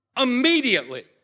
immediately